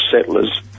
settlers